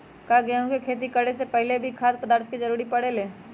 का गेहूं के खेती करे से पहले भी खाद्य पदार्थ के जरूरी परे ले?